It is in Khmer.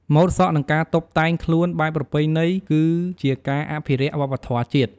ម៉ូតសក់និងការតុបតែងខ្លួនបែបប្រពៃណីគឺជាការអភិរក្សវប្បធម៌ជាតិ។